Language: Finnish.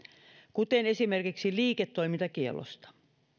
kuten esimerkiksi liiketoimintakiellosta